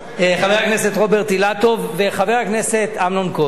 חבר הכנסת רוברט אילטוב וחבר הכנסת אמנון כהן,